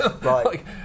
Right